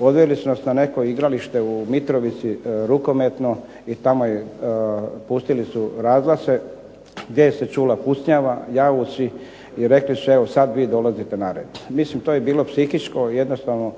Odveli su nas na neko igralište u Mitrovici, rukometno, i tamo pustili su razglase gdje se čula pucnjava, jauci i rekli su: "Evo sad vi dolazite na red." Mislim to je bilo psihičko jednostavno